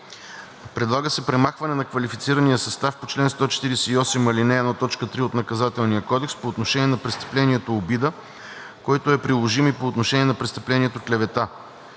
Предлага се премахване на квалифицирания състав по чл. 148, ал. 1, т. 3 от Наказателния кодекс по отношение на престъплението „обида“, който е приложим и по отношение на престъплението „клевета“.